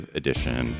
edition